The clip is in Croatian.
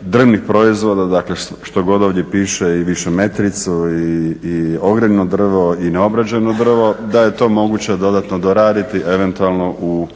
drvnih proizvoda što god ovdje piše i višemetricu i ogrjevno drvo i neobrađeno drvo da je to moguće dodatno doraditi, a eventualno u